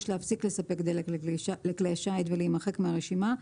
להפסיק לספק דלק לכלי שיט ולהימחק מהרשימה,